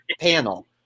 panel